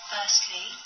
Firstly